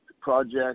project